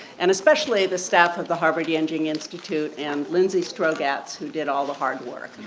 and especially the staff of the harvard engineering institute and lindsay strogatz, who did all the hard work.